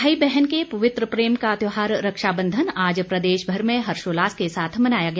भाई बहन के पवित्र प्रेम का त्योहार रक्षाबंधन आज प्रदेशभर में हर्षोल्लास के साथ मनाया गया